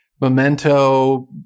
memento